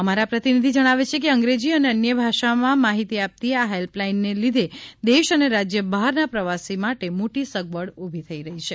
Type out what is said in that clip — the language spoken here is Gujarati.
અમારા પ્રતિનિધિ જણાવે છે કે અંગ્રેજી અને અન્ય ભાષા માં માહિતી આપતી આ હેલ્પલાઇન ને લીધે દેશ અને રાજ્ય બહાર ના પ્રવાસી માટે મોટી સગવડ ઊભી થઈ છે